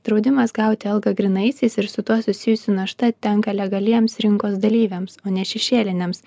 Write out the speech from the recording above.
draudimas gauti algą grynaisiais ir su tuo susijusi našta tenka legaliems rinkos dalyviams o ne šešėliniams